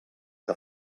que